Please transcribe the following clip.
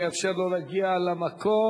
אני אאפשר לו להגיע למקום.